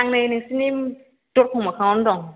आं नै नोंसिनि दरखं मोखाङावनो दं